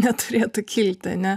neturėtų kilti ane